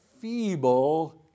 feeble